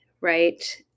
right